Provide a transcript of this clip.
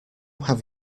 have